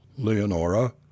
Leonora